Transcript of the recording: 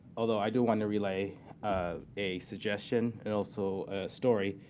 although i do want to relay a suggestion and also a story.